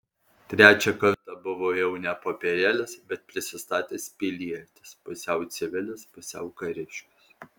trečią kartą buvo jau ne popierėlis bet prisistatęs pilietis pusiau civilis pusiau kariškis